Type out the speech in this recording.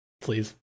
Please